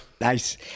Nice